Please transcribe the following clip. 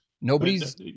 Nobody's